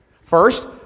First